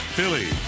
Philly